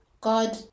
God